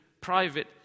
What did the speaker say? private